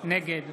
נגד